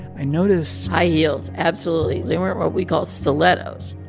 i notice. high heels, absolutely they weren't what we call stilettos.